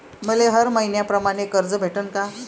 मले हर मईन्याप्रमाणं कर्ज भेटन का?